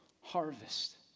harvest